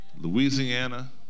Louisiana